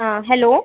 हाँ हेलो